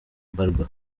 mbarwa